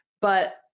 but-